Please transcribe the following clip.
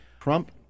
Trump